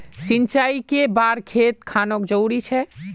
सिंचाई कै बार खेत खानोक जरुरी छै?